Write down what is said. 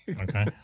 Okay